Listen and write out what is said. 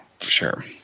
sure